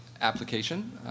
application